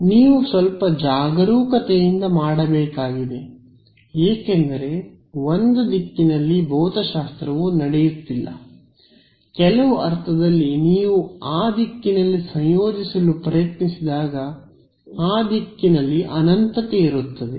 ನೀವು ಸ್ವಲ್ಪ ಜಾಗರೂಕತೆಯಿಂದ ಮಾಡಬೇಕಾಗಿದೆ ಏಕೆಂದರೆ ಒಂದು ದಿಕ್ಕಿನಲ್ಲಿ ಭೌತಶಾಸ್ತ್ರವು ನಡೆಯುತ್ತಿಲ್ಲ ಕೆಲವು ಅರ್ಥದಲ್ಲಿ ನೀವು ಆ ದಿಕ್ಕಿನಲ್ಲಿ ಸಂಯೋಜಿಸಲು ಪ್ರಯತ್ನಿಸಿದಾಗ ಆ ದಿಕ್ಕಿನಲ್ಲಿ ಅನಂತತೆ ಇರುತ್ತದೆ